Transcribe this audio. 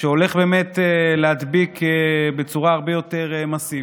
שהולך באמת להדביק בצורה הרבה יותר מסיבית.